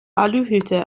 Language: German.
aluhüte